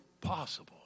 possible